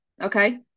okay